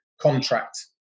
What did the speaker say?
contract